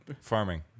Farming